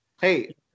hey